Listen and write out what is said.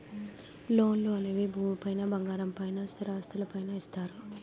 లోన్లు అనేవి భూమి పైన బంగారం పైన స్థిరాస్తులు పైన ఇస్తారు